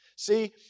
See